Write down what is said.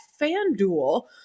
FanDuel